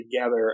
together